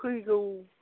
फैगौ